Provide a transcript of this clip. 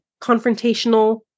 confrontational